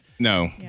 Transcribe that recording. No